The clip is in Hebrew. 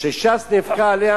שש"ס נאבקה עליה,